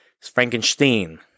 Frankenstein